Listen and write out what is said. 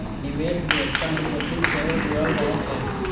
निवेशक संग जोखिम सेहो जुड़ल रहै छै